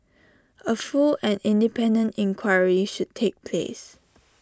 A full and independent inquiry should take place